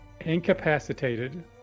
incapacitated